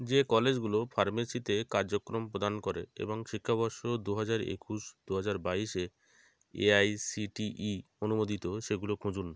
যে কলেজগুলো ফার্মেসিতে কার্যক্রম প্রদান করে এবং শিক্ষাবর্ষ দু হাজার একুশ দু হাজার বাইশ এ এআইসিটিই অনুমোদিত সেগুলো খুঁজুন